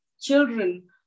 children